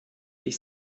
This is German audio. ich